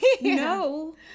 no